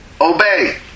Obey